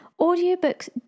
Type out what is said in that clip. Audiobooks